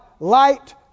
Light